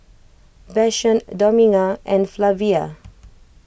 Vashon Dominga and Flavia